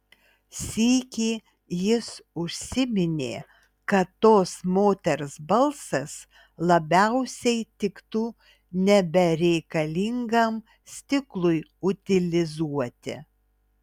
sykį jis užsiminė kad tos moters balsas labiausiai tiktų nebereikalingam stiklui utilizuoti